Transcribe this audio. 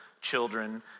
children